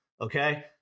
Okay